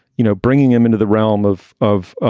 you know, bringing him into the realm of of,